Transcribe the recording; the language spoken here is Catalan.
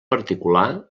particular